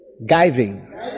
giving